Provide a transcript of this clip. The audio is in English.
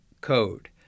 Code